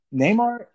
Neymar